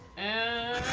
and